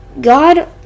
God